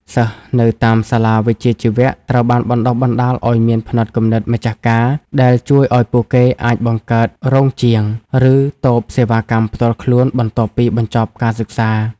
សិស្សនៅតាមសាលាវិជ្ជាជីវៈត្រូវបានបណ្ដុះបណ្ដាលឱ្យមាន "ផ្នត់គំនិតម្ចាស់ការ" ដែលជួយឱ្យពួកគេអាចបង្កើតរោងជាង ឬតូបសេវាកម្មផ្ទាល់ខ្លួនបន្ទាប់ពីបញ្ចប់ការសិក្សា។